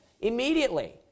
immediately